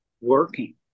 working